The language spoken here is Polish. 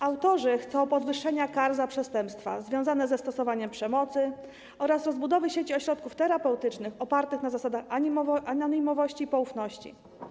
Autorzy chcą podwyższenia kar za przestępstwa związane ze stosowaniem przemocy oraz rozbudowy sieci ośrodków terapeutycznych opartych na zasadach anonimowości i poufności.